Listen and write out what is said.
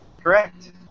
Correct